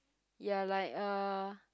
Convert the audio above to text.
ya like uh